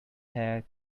hair